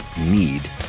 need